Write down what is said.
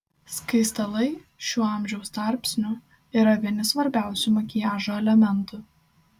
skaistalai šiuo amžiaus tarpsniu yra vieni svarbiausių makiažo elementų